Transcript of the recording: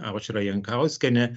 aušra jankauskienė